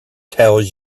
tells